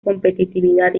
competitividad